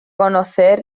conocer